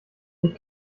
ich